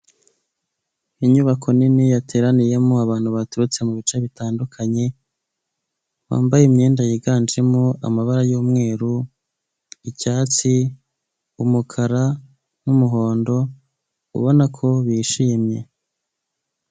Inyubako nini yateraniyemo abantu baturutse mubi bice bitandukanye, bambaye imyenda yiganjemo amabara y'umweru, icyatsi, umukara, n'umuhondo, ubona ko bishimye.